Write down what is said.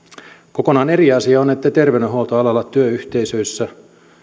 kokonaan eri asia on että terveydenhuoltoalalla työyhteisöissä